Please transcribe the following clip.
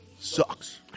Sucks